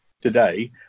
today